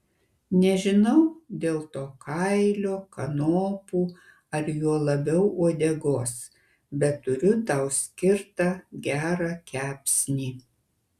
nežinau dėl to kailio kanopų ar juo labiau uodegos bet turiu tau skirtą gerą kepsnį